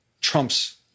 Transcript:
trumps